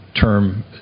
term